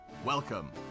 Welcome